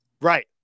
Right